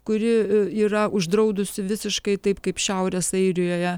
kuri yra uždraudusi visiškai taip kaip šiaurės airijoje